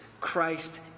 Christ